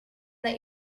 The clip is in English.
that